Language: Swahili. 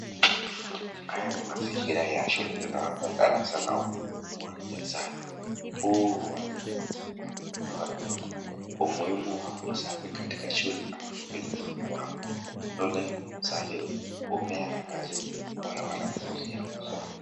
Haya ni mazingira ya shule. Tunaona darasa na uwanja safi. Huu uwanja unafunza watoto umuhimu wa usafi katika shule hadi kwenye makwao. Shule safi hupea darasa bora wanafunzi ya kusoma.